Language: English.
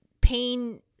pain